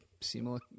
similar